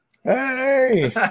Hey